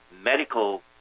medical